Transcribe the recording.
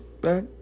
back